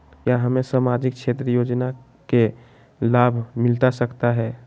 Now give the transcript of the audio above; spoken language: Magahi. क्या हमें सामाजिक क्षेत्र योजना के लाभ मिलता सकता है?